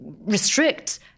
restrict